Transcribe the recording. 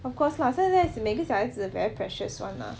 of course lah 现在每个小孩子 very precious [one] lah